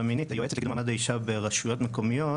מינית ויועצת למעמד האישה ברשויות מקומיות